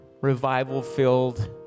revival-filled